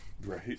Right